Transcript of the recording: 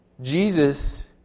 Jesus